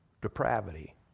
depravity